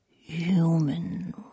Human